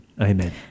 Amen